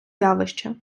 явище